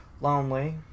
lonely